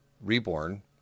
reborn